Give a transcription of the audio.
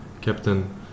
captain